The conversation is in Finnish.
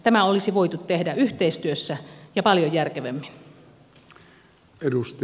tämä olisi voitu tehdä yhteistyössä ja paljon järkevämmin